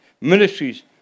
ministries